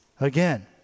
again